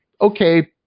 okay